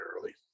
early